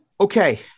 Okay